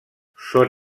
són